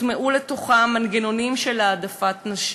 יוטמעו בהם מנגנונים של העדפת נשים.